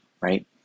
right